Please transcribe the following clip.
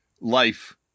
life